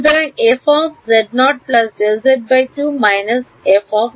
সুতরাং এবং এর পরে কী হবে